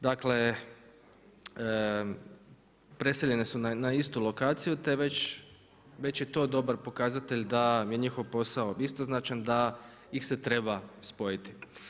Dakle, preseljene su na istu lokaciju, te već je to dobar pokazatelj da je njihov posao istoznačan, da ih se treba spojiti.